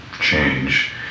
change